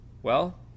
Well